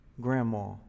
grandma